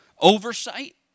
oversight